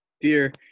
dear